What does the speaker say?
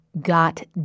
got